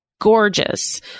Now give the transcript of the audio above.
Gorgeous